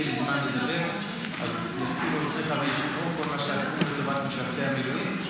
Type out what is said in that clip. לי אין זמן לדבר --- כל מה שעשיתי למען משרתי המילואים.